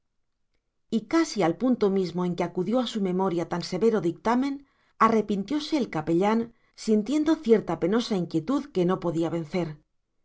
y casi al punto mismo en que acudió a su memoria tan severo dictamen arrepintióse el capellán sintiendo cierta penosa inquietud que no podía vencer